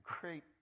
great